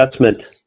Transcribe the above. adjustment